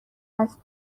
است